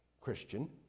Christian